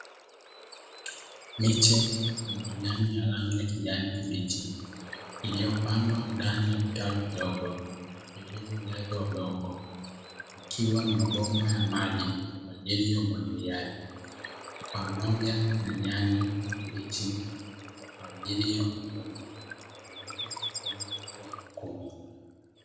Miche yenye majani ya rangi ya kijani kibichi iliyopandwa ndani ya vitalu vidogo vilivyojazwa udongo vikiwa na mabomba ya maji kwa ajili ya umwagiliaji, pamoja na nyanya mbichi kwa ajili ya kuvunwa na kupelekwa sokoni kwenda kuuzwa.